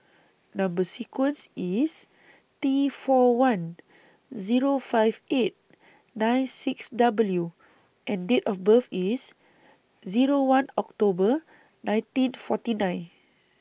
Number sequence IS T four one Zero five eight nine six W and Date of birth IS Zero one October nineteen forty nine